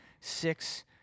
six